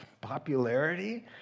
popularity